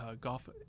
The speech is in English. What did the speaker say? golf